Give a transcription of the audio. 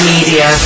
Media